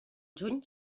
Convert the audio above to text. juny